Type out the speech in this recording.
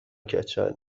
کچل